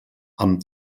amb